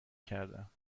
کردم